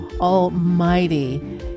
Almighty